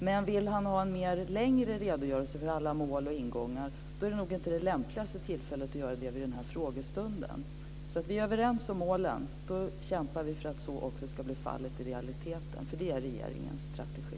Men om frågeställaren vill ha en längre redogörelse för alla mål och ingångar är nog frågestunden inte det lämpligaste tillfället. Vi är alltså överens om målen. Då kämpar vi för att så blir fallet också i realiteteten, för det är regeringens strategi.